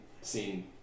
seen